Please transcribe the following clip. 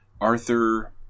Arthur